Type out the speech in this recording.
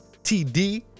TD